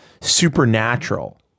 supernatural